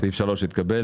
סעיף 3 התקבל.